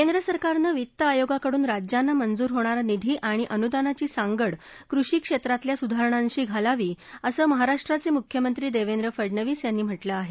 केंद्र सरकारनं वित्त आयोगाकडून राज्यांना मंजूर होणारा निधी आणि अनुदानांची सागंड कृषी क्षेत्रातल्या सुधारणांशी घालावी असं महाराष्ट्राचे मुख्यमंत्री देवेंद्र फडनवीस यांनी म्हटलं आहे